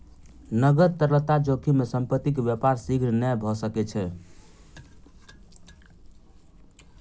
नकद तरलता जोखिम में संपत्ति के व्यापार शीघ्र नै भ सकै छै